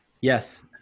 yes